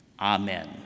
Amen